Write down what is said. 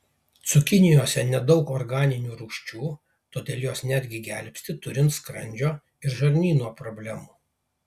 cukinijose nedaug organinių rūgčių todėl jos netgi gelbsti turint skrandžio ir žarnyno problemų